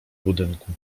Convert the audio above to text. budynku